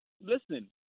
listen